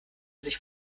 sich